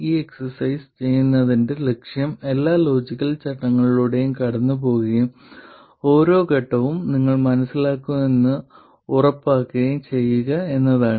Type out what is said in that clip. ഈ എക്സസൈസ് ചെയ്യുന്നതിന്റെ ലക്ഷ്യം എല്ലാ ലോജിക്കൽ ഘട്ടങ്ങളിലൂടെയും കടന്നുപോകുകയും ഓരോ ഘട്ടവും നിങ്ങൾ മനസ്സിലാക്കുന്നുവെന്ന് ഉറപ്പാക്കുകയും ചെയ്യുക എന്നതാണ്